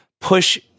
push